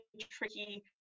tricky